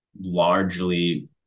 largely